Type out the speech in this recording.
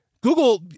Google